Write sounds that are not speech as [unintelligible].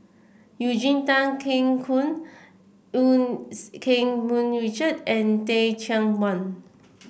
Eugene Tan Kheng [unintelligible] Eu [unintelligible] Keng Mun Richard and Teh Cheang Wan